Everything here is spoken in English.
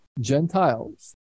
Gentiles